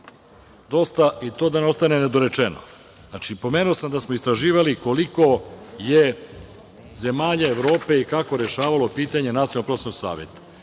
dosta, i to da ne ostane nedorečeno. Pomenuo sam da smo istraživali koliko je zemalja Evrope i kako rešavalo pitanje Nacionalnog prosvetnog saveta,